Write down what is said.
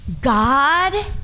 God